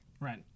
Right